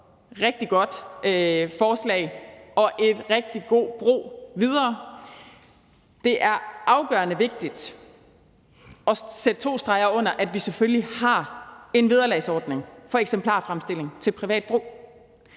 rigtig godt forslag og en rigtig god bro videre. Det er afgørende vigtigt at sætte to streger under, at vi selvfølgelig har en vederlagsordning for eksemplarfremstilling til privat brug.